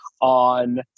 on